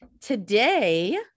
Today